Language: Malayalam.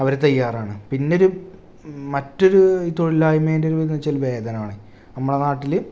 അവർ തയ്യാറാണ് പിന്നൊരു മറ്റൊരു തൊഴിലില്ലായ്മേൻ്റെ ഒരിത് വേതനമാണ് നമ്മളുടെ നാട്ടിൽ